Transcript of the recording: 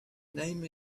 name